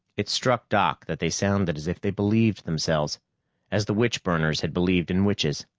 it struck doc that they sounded as if they believed themselves as the witch-burners had believed in witches.